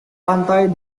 pantai